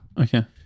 Okay